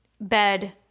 bed